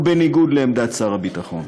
ובניגוד לעמדת שר הביטחון,